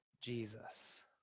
Jesus